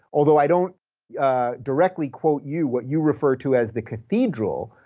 although i don't directly quote you, what you refer to as the cathedral,